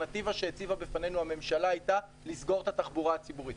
האלטרנטיבה שהציבה בפנינו הממשלה הייתה לסגור את התחבורה הציבורית.